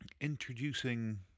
introducing